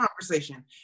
conversation